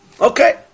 Okay